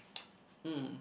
mm